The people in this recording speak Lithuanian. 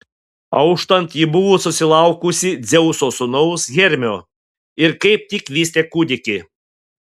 auštant ji buvo susilaukusi dzeuso sūnaus hermio ir kaip tik vystė kūdikį